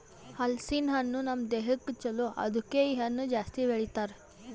ಹಲಸಿನ ಹಣ್ಣು ನಮ್ ದೇಹಕ್ ಛಲೋ ಅದುಕೆ ಇ ಹಣ್ಣು ಜಾಸ್ತಿ ಬೆಳಿತಾರ್